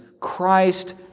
Christ